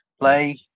play